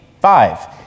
five